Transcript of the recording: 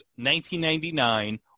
1999